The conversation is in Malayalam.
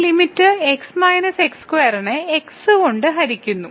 ഈ ലിമിറ്റ് നെ കൊണ്ട് ഹരിക്കുന്നു